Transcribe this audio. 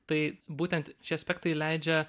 tai būtent šie aspektai leidžia